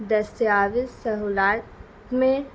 دستاویز سہولیات میں